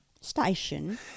Station